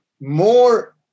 more